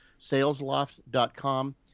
Salesloft.com